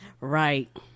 Right